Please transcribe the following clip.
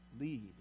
lead